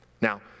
Now